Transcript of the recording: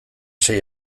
sei